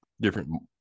different